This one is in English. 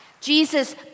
Jesus